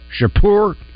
Shapur